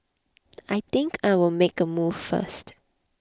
I think I'll make a move first